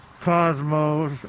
Cosmos